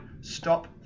Stop